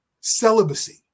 Celibacy